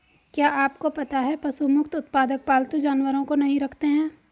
क्या आपको पता है पशु मुक्त उत्पादक पालतू जानवरों को नहीं रखते हैं?